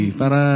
para